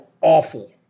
awful